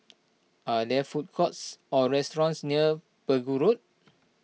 are there food courts or restaurants near Pegu Road